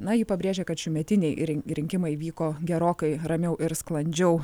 na ji pabrėžė kad šiųmetiniai rinkimai vyko gerokai ramiau ir sklandžiau